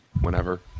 whenever